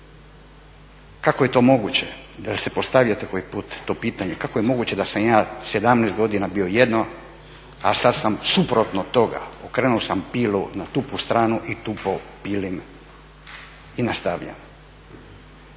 Kako je to moguće? Jel' si postavljate koji put to pitanje? Kako je moguće da sam ja 17 godina bio jedno, a sad sam suprotno od toga, okrenuo sam pilu na tupu stranu i tupo pilim i nastavljam.